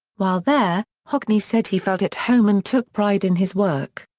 while there, hockney said he felt at home and took pride in his work.